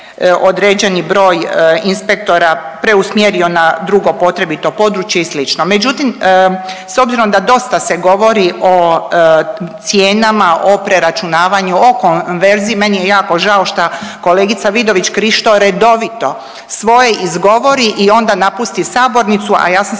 određeni broj inspektora preusmjerio na drugo potrebito područje i slično. Međutim, s obzirom da dosta se govori o cijenama, o preračunavanju, o konverziji meni je jako žao šta kolegica Vidović Krišto redovito svoje izgovori i onda napusti sabornicu, a ja sam